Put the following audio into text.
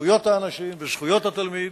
וזכויות האנשים וזכויות התלמיד.